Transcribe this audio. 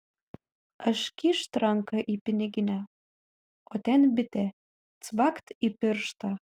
aš kyšt ranką į piniginę o ten bitė cvakt į pirštą